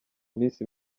minsi